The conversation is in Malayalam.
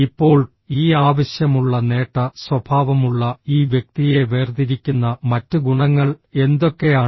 ഇപ്പോൾ ഈ ആവശ്യമുള്ള നേട്ട സ്വഭാവമുള്ള ഈ വ്യക്തിയെ വേർതിരിക്കുന്ന മറ്റ് ഗുണങ്ങൾ എന്തൊക്കെയാണ്